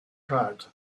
heart